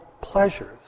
pleasures